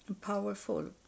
powerful